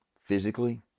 physically